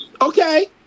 Okay